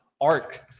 Arc